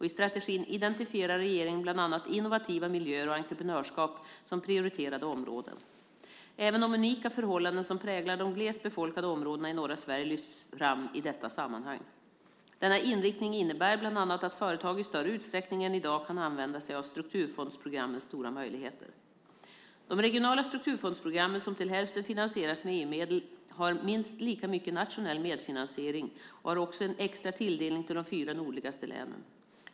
I strategin identifierar regeringen bland annat innovativa miljöer och entreprenörskap som prioriterade områden. Även de unika förhållanden som präglar de glest befolkade områdena i norra Sverige lyfts fram i detta sammanhang. Denna inriktning innebär bland annat att företag i större utsträckning än i dag kan använda sig av strukturfondsprogrammens stora möjligheter. De regionala strukturfondsprogrammen, som till hälften finansieras med EU-medel och har minst lika mycket nationell medfinansiering, har också en extra tilldelning till de fyra nordligaste länen.